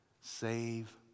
save